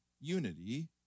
unity